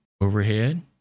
overhead